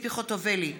ציפי חוטובלי,